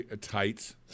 tights